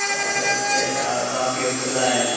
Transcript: अछा कैश हा तव्हां चयो खुला आहिनि